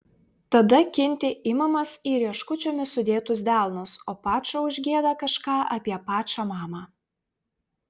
tada kinti imamas į rieškučiomis sudėtus delnus o pačo užgieda kažką apie pačą mamą